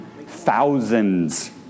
Thousands